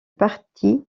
parti